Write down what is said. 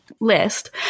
list